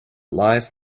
life